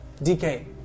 DK